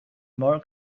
more